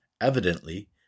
Evidently